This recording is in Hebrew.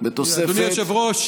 אבי דיכטר,